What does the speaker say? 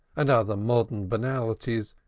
and other modern banalities,